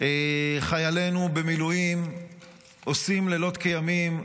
חיילינו במילואים עושים לילות כימים.